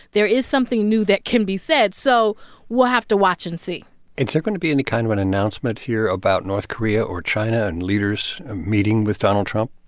there is something new that can be said. so we'll have to watch and see is there going to be any kind of an announcement here about north korea or china and leaders meeting with donald trump?